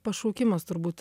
pašaukimas turbūt